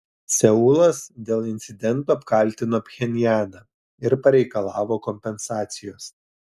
seulas dėl incidento apkaltino pchenjaną ir pareikalavo kompensacijos